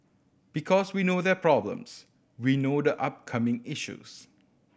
because we know their problems we know the upcoming issues